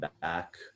back